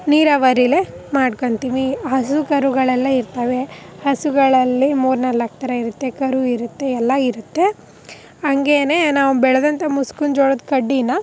ನೀರಾವರಿಲೆ ಮಾಡ್ಕೊಳ್ತೀನಿ ಹಸು ಕರುಗಳೆಲ್ಲ ಇರ್ತವೆ ಹಸುಗಳಲ್ಲಿ ಮೂರನೆ ಲಕ್ ಥರ ಇರುತ್ತೆ ಕರು ಇರುತ್ತೆ ಎಲ್ಲ ಇರುತ್ತೆ ಹಂಗೇನೆ ನಾವು ಬೆಳೆದಂತಹ ಮುಸ್ಕಿನ ಜೋಳದ ಕಡ್ಡೀನ